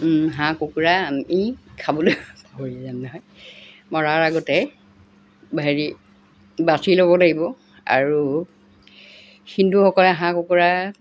হাঁহ কুকুৰা আমি খাবলৈ যাম নহয় মৰাৰ আগতে হেৰি বাচি ল'ব লাগিব আৰু হিন্দুসকলে হাঁহ কুকুৰা